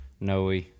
Noe